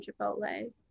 chipotle